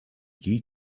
kij